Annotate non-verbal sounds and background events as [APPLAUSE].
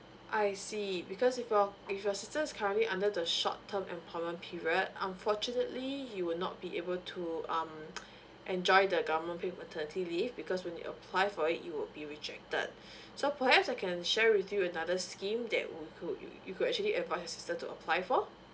I see because if your if your sister is currently under the short term employment period unfortunately you would not be able to um [NOISE] enjoy the government paid maternity leave because when you apply for it you will be rejected [BREATH] so perhaps I can share with you another scheme that you could you could actually advise your sister to apply for